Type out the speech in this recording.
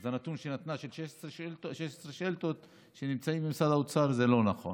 אז הנתון שהיא נתנה של 16 שאילתות שנמצאות במשרד האוצר הוא לא נכון.